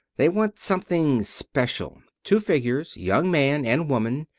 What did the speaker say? they want something special. two figures, young man and woman.